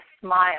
smile